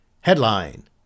Headline